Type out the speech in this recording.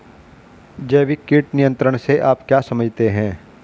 जैविक कीट नियंत्रण से आप क्या समझते हैं?